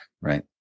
Right